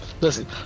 Listen